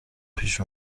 پیش